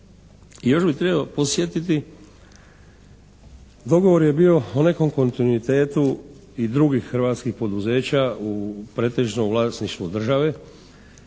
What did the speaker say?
još bih htio podsjetiti. Dogovor je bio u nekom kontinuitetu i drugih hrvatskih poduzeća u pretežnom vlasništvu države